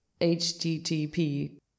http